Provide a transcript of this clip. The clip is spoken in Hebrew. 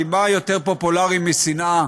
כי מה יותר פופולרי משנאה?